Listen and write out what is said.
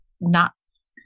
Nuts